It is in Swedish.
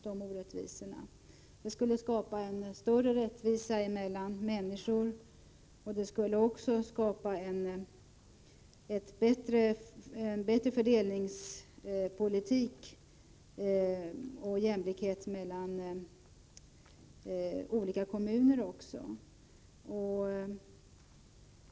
Det skulle skapa en större rättvisa mellan människor, och det skulle också skapa en bättre fördelningspolitik och större jämlikhet mellan olika kommuner.